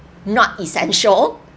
not essential